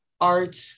art